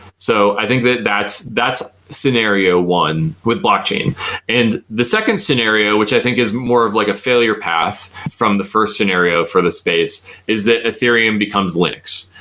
so i think that that's that's scenario one with blockchain. and the second scenario which i think is more of like a failure path from the first scenario for the space is that ethereum becomes linux.